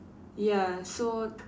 ya so